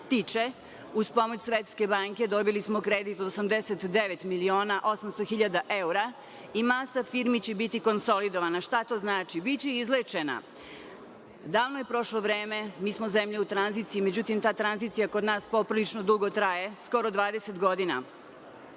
tiče, uz pomoć Svetske banke dobili smo kredit od 89 miliona 800 hiljada evra i masa firmi će biti konsolidovana. Šta to znači? Biće izlečena. Davno je prošlo vreme, mi smo zemlja u tranziciji. Međutim, ta tranzicija kod nas poprilično dugo traje, skoro 20 godina.